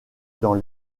dans